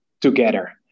together